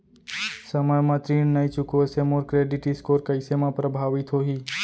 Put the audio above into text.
समय म ऋण नई चुकोय से मोर क्रेडिट स्कोर कइसे म प्रभावित होही?